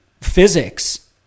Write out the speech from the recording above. physics